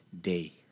day